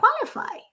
qualify